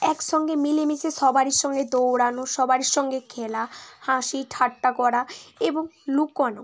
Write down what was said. একসঙ্গে মিলেমিশে সবারই সঙ্গে দৌড়ানো সবারই সঙ্গে খেলা হাসি ঠাট্টা করা এবং লুকোনো